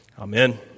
Amen